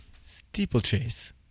Steeplechase